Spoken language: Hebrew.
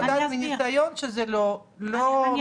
אני יודעת מניסיון שזה לא מסתדר.